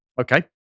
Okay